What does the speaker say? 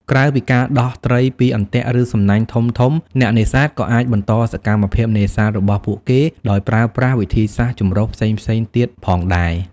ក្រៅពីការដោះត្រីពីអន្ទាក់ឬសំណាញ់ធំៗ អ្នកនេសាទក៏អាចបន្តសកម្មភាពនេសាទរបស់ពួកគេដោយប្រើប្រាស់វិធីសាស្ត្រចម្រុះផ្សេងៗទៀតផងដែរ។